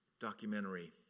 documentary